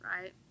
right